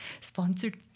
sponsored